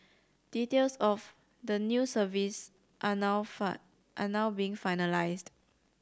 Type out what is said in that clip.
details of the new service are now find are now being finalised